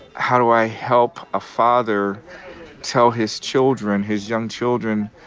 how do i help a father tell his children, his young children,